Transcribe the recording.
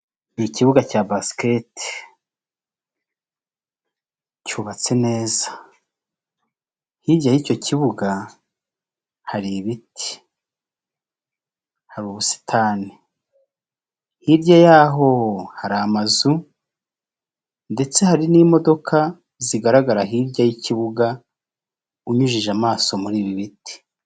Ni ikibuga cya basikete, cyubatse neza, hirya y'icyo kibuga hari ibiti, hari ubusitani, hirya y'aho hari amazu ndetse hari n'imodoka zigaragara hirya y'ikibuga unyujije amaso muri ibi biti.